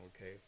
Okay